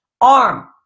arm